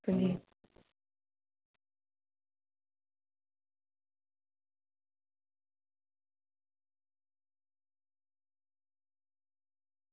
अं